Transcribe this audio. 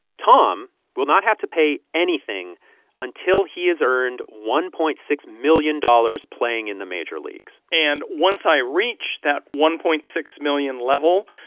tom will not have to pay anything until he has earned one point six million dollars playing in the major leagues and once i reach that one point six million level,